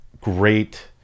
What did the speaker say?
great